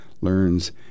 learns